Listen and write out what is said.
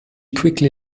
quickly